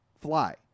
fly